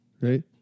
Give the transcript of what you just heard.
right